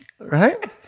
right